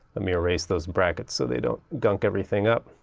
let me erase those brackets so they don't gunk everything up.